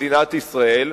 במדינת ישראל,